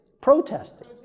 protesting